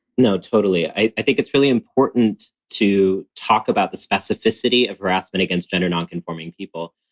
no, totally. i think it's really important to talk about the specificity of harassment against gender nonconforming people,